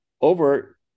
over